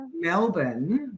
Melbourne